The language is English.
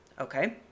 Okay